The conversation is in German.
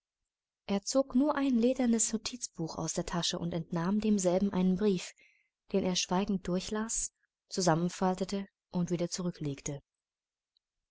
er zog nur ein ledernes notizbuch aus der tasche und entnahm demselben einen brief den er schweigend durchlas zusammenfaltete und wieder zurücklegte